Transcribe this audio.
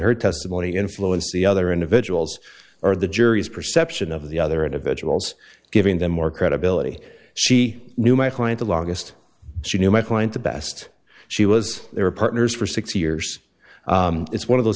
her testimony influenced the other individuals or the jury's perception of the other individuals giving them more credibility she knew my client the longest she knew my point the best she was they were partners for six years it's one of those